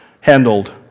handled